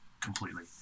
completely